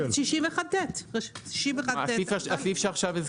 61ט. מוגדרות שם.